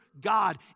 God